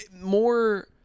more